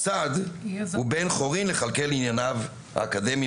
הוא בן חורין לכלכל ענייניו האקדמיים